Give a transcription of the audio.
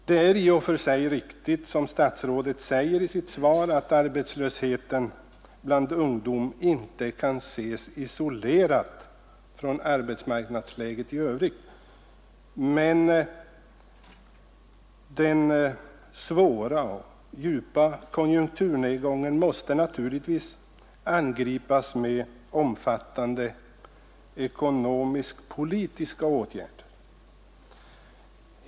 Det är i och för sig riktigt som statsrådet säger i sitt svar att arbetslösheten bland ungdom inte kan ses isolerad från arbetsmarknadsläget i övrigt, men den svåra och djupa konjunkturnedgången måste naturligtvis angripas med omfattande ekonomisk-politiska åtgärder.